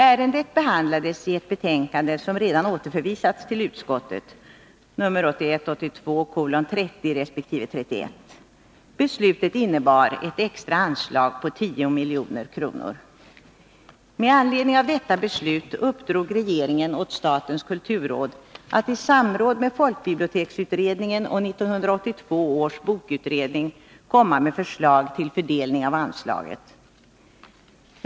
Ärendet behandlades i ett betänkande som redan återförvisats till utskottet, nr 1981/82:30 resp. 31. Beslutet innebar ett extra anslag på 10 milj.kr. Med anledning av detta beslut uppdrog regeringen åt statens kulturråd att i samråd med folkbiblioteksutredningen och 1982 års bokutredning komma med förslag till fördelning av anslaget.